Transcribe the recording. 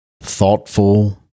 thoughtful